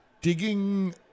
digging